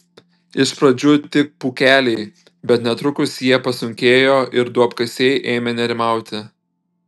iš pradžių tik pūkeliai bet netrukus jie pasunkėjo ir duobkasiai ėmė nerimauti